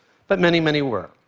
but many, many were.